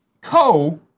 co